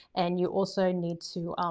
and you also need to,